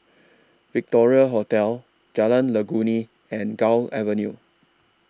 Victoria Hotel Jalan Legundi and Gul Avenue